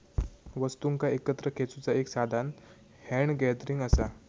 वस्तुंका एकत्र खेचुचा एक साधान हॅन्ड गॅदरिंग असा